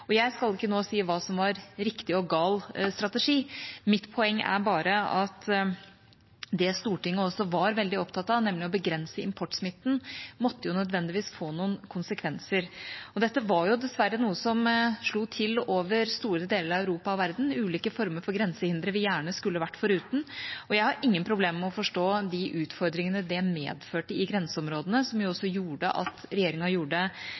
Jeg skal ikke nå si hva som var riktig og gal strategi. Mitt poeng er bare at det Stortinget også var veldig opptatt av, nemlig å begrense importsmitten, nødvendigvis måtte få noen konsekvenser. Dette var dessverre noe som slo til over store deler av Europa og verden – ulike former for grensehindre vi gjerne skulle vært foruten – og jeg har ingen problemer med å forstå de utfordringene det medførte i grenseområdene, som også gjorde at regjeringa gjorde